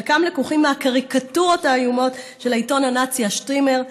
חלקם לקוחים מהקריקטורות האיומות של העיתון הנאצי השטרימר,